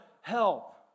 help